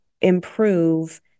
improve